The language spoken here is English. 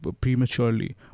prematurely